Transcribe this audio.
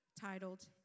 titled